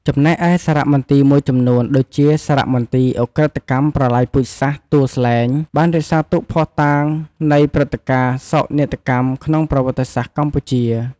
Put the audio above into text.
ចំណែកឯសារមន្ទីរមួយចំនួនដូចជា សារមន្ទីរឧក្រិដ្ឋកម្មប្រល័យពូជសាសន៍ទួលស្លែង បានរក្សាទុកភស្តុតាងនៃព្រឹត្តិការណ៍សោកនាដកម្មក្នុងប្រវត្តិសាស្ត្រកម្ពុជា។